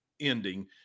ending